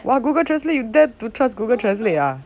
!wah! google translate you dare to trust google translate ah